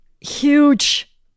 huge